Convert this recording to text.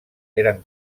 eren